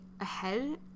ahead